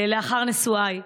לאחר נישואיי.